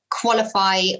qualify